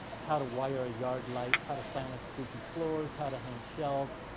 how to wire a yard light. how to silence squeaky floors, how to hang shelves,